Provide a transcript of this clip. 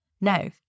No